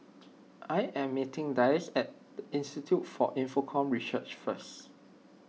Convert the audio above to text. I am meeting Dayse at Institute for Infocomm Research first